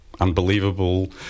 unbelievable